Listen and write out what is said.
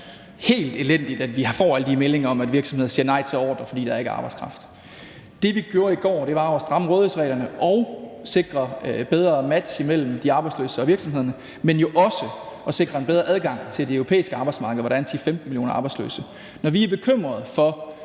helt elendigt, at vi får alle de meldinger om, at virksomheder siger nej til ordrer, fordi der ikke er arbejdskraft. Det, vi gjorde i går, var at stramme rådighedsreglerne og sikre bedre match imellem de arbejdsløse og virksomhederne, men jo også at sikre en bedre adgang til de europæiske arbejdsmarkeder, hvor der er 10-15 millioner arbejdsløse. Når vi er bekymret for